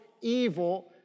evil